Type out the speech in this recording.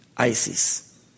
Isis